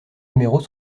numéros